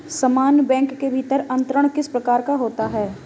समान बैंक के भीतर अंतरण किस प्रकार का होता है?